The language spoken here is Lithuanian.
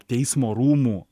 teismo rūmų